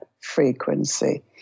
frequency